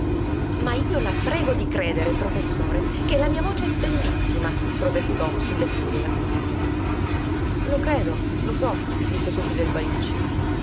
ma io la prego di credere professore che la mia voce è bellissima protestò sulle furie la signorina lo credo lo so disse subito il balicci